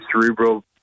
cerebral